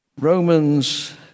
Romans